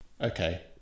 Okay